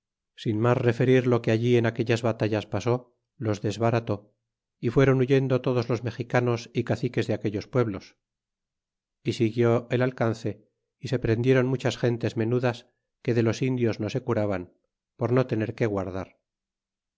sin mas referir lo que allí en aquellas batallas pasó los desbarató y fueron huyendo todos los mexicanos y caciques de aquellos pueblos y siguió el alcance y se prendieron muchas gentes menudas que de los indios no se curaban por no tener que guardar